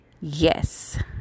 yes